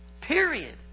Period